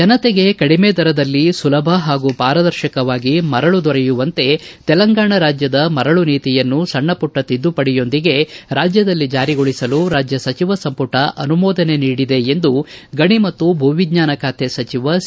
ಜನತೆಗೆ ಕಡಿಮೆ ದರದಲ್ಲಿ ಸುಲಭ ಹಾಗೂ ಪಾರದರ್ಶಕವಾಗಿ ಮರಳು ದೊರೆಯುವಂತೆ ತೆಲಂಗಾಣ ರಾಜ್ಯದ ಮರಳು ನೀತಿಯನ್ನು ಸಣ್ಣಪುಟ್ವ ತಿದ್ದುಪಡಿಯೊಂದಿಗೆ ರಾಜ್ಯದಲ್ಲಿ ಜಾರಿಗೊಳಿಸಲು ರಾಜ್ಯ ಸಚಿವ ಸಂಪುಟ ಅನುಮೋದನೆ ನೀಡಿದೆ ಎಂದು ಗಣಿ ಮತ್ತು ಭೂ ವಿಜ್ಞಾನ ಖಾತೆ ಸಚಿವ ಸಿ